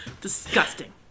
Disgusting